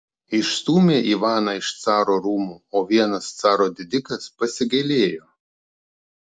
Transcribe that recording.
išstūmė ivaną iš caro rūmų o vienas caro didikas pasigailėjo